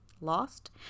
lost